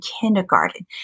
kindergarten